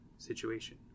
situation